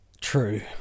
True